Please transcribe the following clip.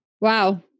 Wow